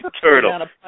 Turtle